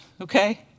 okay